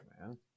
man